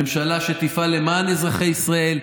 ממשלה שתפעל למען אזרחי ישראל,